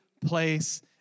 place